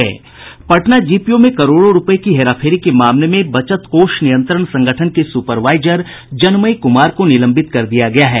Patna GPO में करोड़ों रूपये की हई हेराफेरी के मामले में बचत कोष नियंत्रण संगठन के सुपरवाईजर जनमेय कुमार को निलंबित कर दिया गया है